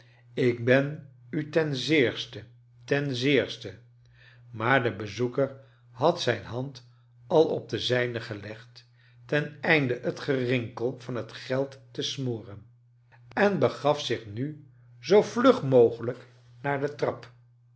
ik ben u ten zeerste ten zeerste maar de bezoeker had zijne hand op de zijne gelegd ten einde het gerinkel van het geld te smoren en begaf zich nu zoo vlug mogelijk naar de trap